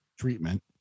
treatment